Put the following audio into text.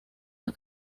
las